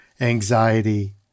anxiety